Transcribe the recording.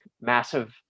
massive